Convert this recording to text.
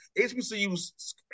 HBCUs